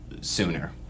sooner